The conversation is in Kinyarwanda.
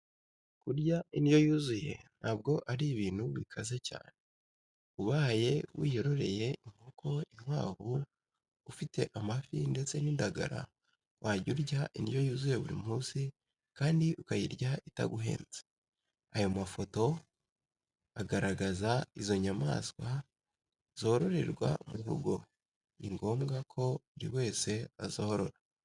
Kurya indyo yuzuye ntabwo ari ibintu bikaze cyane, ubaye wiyororeye inkoko, inkwavu, ufite amafi ndetse n'indagara wajya urya indyo yuzuye buri munsi kandi ukayirya itaguhenze, aya mafoto agaragaza izo nyamaswa zororerwa mu rugo ni ngombwa ko buri wese azorora.